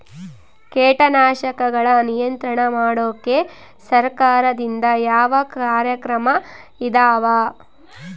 ಕೇಟನಾಶಕಗಳ ನಿಯಂತ್ರಣ ಮಾಡೋಕೆ ಸರಕಾರದಿಂದ ಯಾವ ಕಾರ್ಯಕ್ರಮ ಇದಾವ?